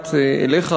נוגעת אליך,